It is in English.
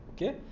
Okay